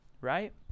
right